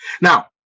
Now